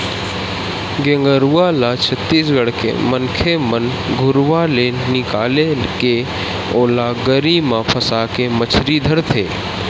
गेंगरूआ ल छत्तीसगढ़ के मनखे मन घुरुवा ले निकाले के ओला गरी म फंसाके मछरी धरथे